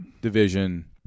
division